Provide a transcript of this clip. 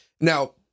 Now